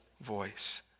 voice